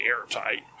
airtight